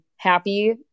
happy